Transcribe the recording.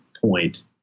point